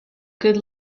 good